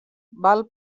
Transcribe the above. val